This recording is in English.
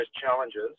challenges